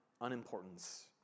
unimportance